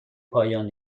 پایان